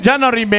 January